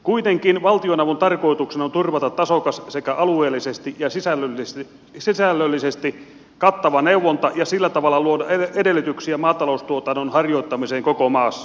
kuitenkin valtionavun tarkoituksena on turvata tasokas sekä alueellisesti ja sisällöllisesti kattava neuvonta ja sillä tavalla luoda edellytyksiä maataloustuotannon harjoittamiseen koko maassa